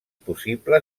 possible